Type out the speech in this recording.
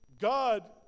God